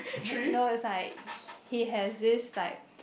no it's like he has this like